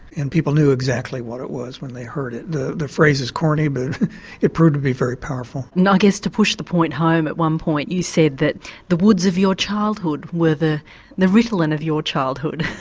and people knew exactly what it was when they heard it. the the phrase is corny but it proved to be very powerful. i guess to push the point home, at one point you said that the woods of your childhood were the the ritalin of your childhood.